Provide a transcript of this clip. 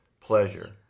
pleasure